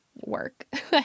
work